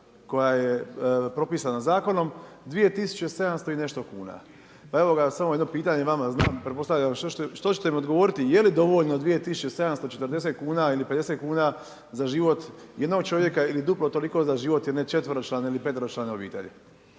koja je propisana zakonom 2700 i nešto kuna. Pa evo samo jedno pitanje vama, znam, pretpostavljam što ćete mi odgovori je li dovoljno 2740 kuna ili 2750 kuna za život jednog čovjeka ili duplo toliko za život jedne četveročlane ili peteročlane obitelji.